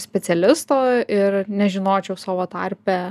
specialisto ir nežinočiau savo tarpe